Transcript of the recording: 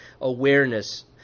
awareness